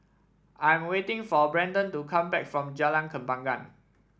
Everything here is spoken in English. I'm waiting for Brandan to come back from Jalan Kembangan